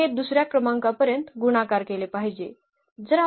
b हे दुसर्या क्रमांकापर्यंत गुणाकार केले पाहिजे